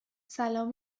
سلام